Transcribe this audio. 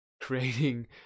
creating